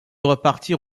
repartir